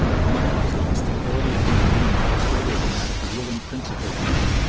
among moslems the authority of the ulema is greater than that of the ruling prince of their country,